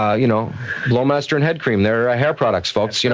you know blowmaster and head cream, they're ah hair products folks. you know